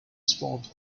spawned